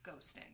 ghosting